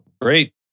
great